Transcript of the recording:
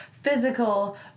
physical